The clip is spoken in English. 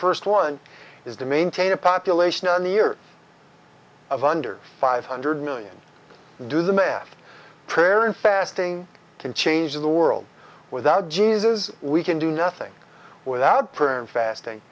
first one is to maintain a population in the year of under five hundred million do the math prayer and fasting can change the world without jesus we can do nothing without prayer and fasting